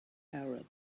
arab